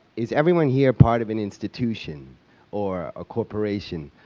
is everyone here part of an institution or a corporation,